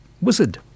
Wizard